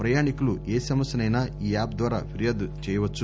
ప్రయాణికులు ఏ సమస్యనైనా ఈ యాప్ ద్వారా ఫిర్యాదు చేయవచ్చు